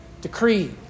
decree